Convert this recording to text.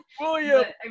William